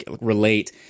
relate